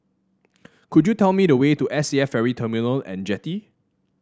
could you tell me the way to S A F Ferry Terminal and Jetty